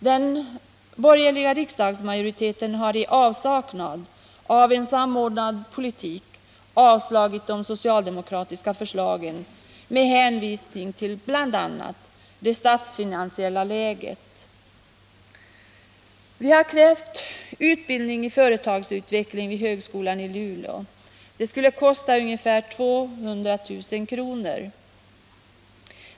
Den borgerliga riksdagsmajoriteten har i avsaknad av en samordnad politik avslagit de socialdemokratiska förslagen med hänvisning bl.a. till det statsfinansiella läget. Vi har krävt utbildning i företagsutveckling vid högskolan i Luleå. Det skulle kosta ca 200 000 kr.